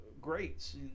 greats